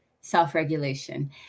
self-regulation